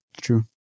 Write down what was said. true